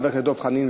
חבר הכנסת דב חנין,